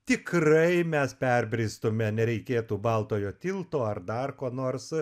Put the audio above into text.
tikrai mes perbristume nereikėtų baltojo tilto ar dar ko nors